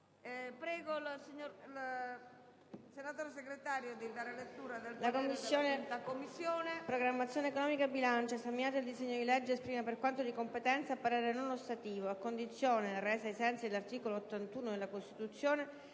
invito il senatore Segretario a dare lettura del parere della 5a Commissione